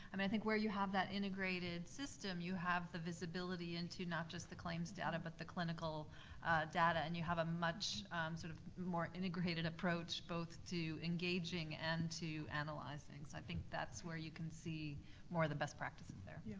and i think where you have that integrated system, you have the visibility into not just the claims data, but the clinical data and you have a much sort of more integrated approach both to engaging and to analyzing. so i think that's where you can see more the best practices there.